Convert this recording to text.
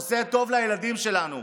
עושה טוב לילדים שלנו?